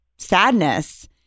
sadness